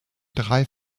drei